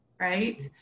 right